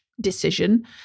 decision